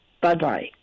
Bye-bye